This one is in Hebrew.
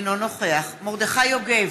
אינו נוכח מרדכי יוגב,